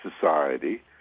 society